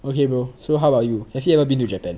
okay bro so how about you have you ever been to japan